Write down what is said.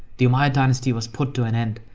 the umayyad dynasty was put to an end.